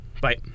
Bye